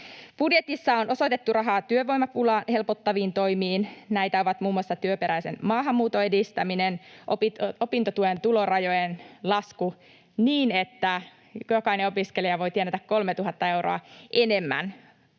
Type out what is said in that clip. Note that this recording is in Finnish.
Budjetissa on osoitettu rahaa työvoimapulaa helpottaviin toimiin. Näitä ovat muun muassa työperäisen maahanmuuton edistäminen, opintotuen tulorajojen lasku niin, että jokainen opiskelija voi tienata 3000 euroa enemmän